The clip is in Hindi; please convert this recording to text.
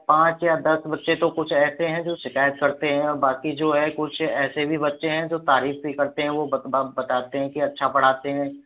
पाँच या दस बच्चे तो कुछ ऐसे हैं जो शिकायत करते हैं और बाकी जो है कुछ ऐसे भी बच्चे हैं जो तारीफ भी करते हैं वह बत बताते हैं कि अच्छा पढ़ाते हैं